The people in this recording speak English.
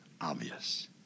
obvious